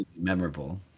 memorable